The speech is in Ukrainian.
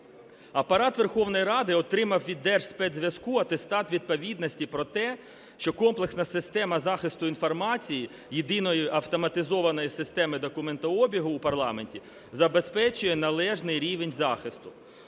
Апарат Верховної Ради отримав від Держспецзв'язку атестат відповідності про те, що комплексна система захисту інформації єдиної автоматизованої системи документообігу у парламенті забезпечує належний рівень захисту.